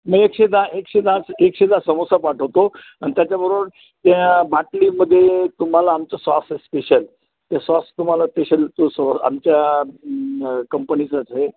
मी एकशे दहा एकशे दहाच एकशे दहा समोसा पाठवतो आणि त्याच्याबरोबर त्या बाटलीमध्ये तुम्हाला आमचं सॉस आहे स्पेशल ते सॉस तुम्हाला स्पेशल तो सो आमच्या कंपनीचंच हे